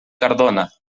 cardona